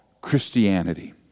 Christianity